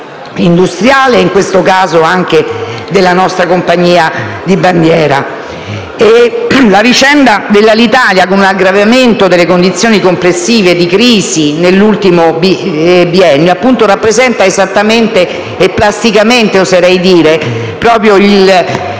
industriale ed in questo caso anche sulla nostra compagnia di bandiera. La vicenda dell'Alitalia, con un aggravamento delle condizioni complessive di crisi nell'ultimo biennio, rappresenta esattamente e plasticamente - oserei dire - proprio il